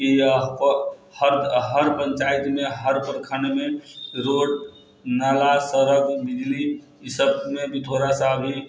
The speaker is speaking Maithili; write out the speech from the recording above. कि यहाँ पर हर पञ्चायतमे हर प्रखण्डमे रोड नाला सड़क बिजली इसभमे थोड़ासँ अभी